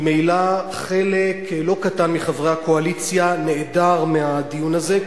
ממילא חלק לא קטן מחברי הקואליציה נעדר מהדיון הזה,